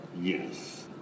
Yes